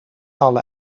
alle